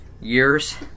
years